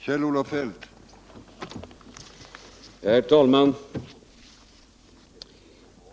Herr talman!